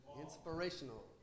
Inspirational